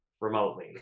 remotely